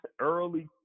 early